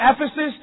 Ephesus